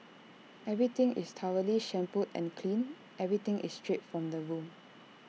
everything is thoroughly shampooed and cleaned everything is stripped from the room